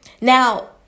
Now